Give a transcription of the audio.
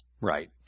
Right